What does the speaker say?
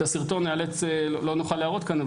את הסרטון לא נוכל להראות כאן,